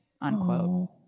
unquote